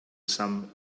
some